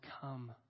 come